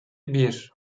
bir